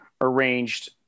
arranged